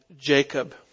Jacob